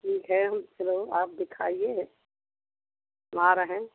ठीक है आप दिखाइए हम आ रहे हैं